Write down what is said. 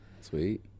Sweet